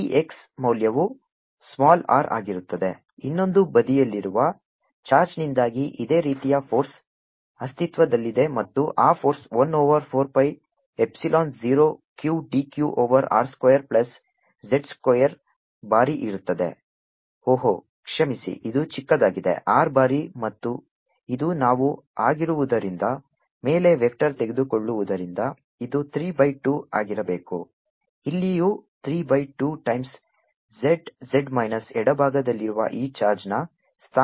dF14π0qdzr2z232zz rx ಇನ್ನೊಂದು ಬದಿಯಲ್ಲಿರುವ ಚಾರ್ಜ್ನಿಂದಾಗಿ ಇದೇ ರೀತಿಯ ಫೋರ್ಸ್ ಅಸ್ತಿತ್ವದಲ್ಲಿದೆ ಮತ್ತು ಆ force 1 over 4 pi epsilon 0 q d q over r square plus z square ಬಾರಿ ಇರುತ್ತದೆ ಓಹ್ ಕ್ಷಮಿಸಿ ಇದು ಚಿಕ್ಕದಾಗಿದೆ r ಬಾರಿ ಮತ್ತು ಇದು ನಾವು ಆಗಿರುವುದರಿಂದ ಮೇಲೆ ವೆಕ್ಟರ್ ತೆಗೆದುಕೊಳ್ಳುವುದರಿಂದ ಇದು 3 ಬೈ 2 ಆಗಿರಬೇಕು ಇಲ್ಲಿಯೂ 3 by 2 times z z minus ಎಡಭಾಗದಲ್ಲಿರುವ ಈ ಚಾರ್ಜ್ನ ಸ್ಥಾನವು ಮೈನಸ್ r x ಆಗಿರುತ್ತದೆ